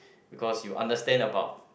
because you understand about